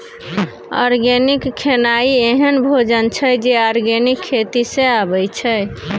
organic खेनाइ एहन भोजन छै जे आर्गेनिक खेती सँ अबै छै